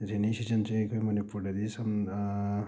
rainy ꯁꯤꯖꯟꯁꯦ ꯑꯩꯈꯣꯏ ꯃꯅꯤꯄꯨꯔꯗꯗꯤ ꯁꯨꯝ